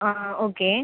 ஆ okay